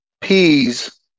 peas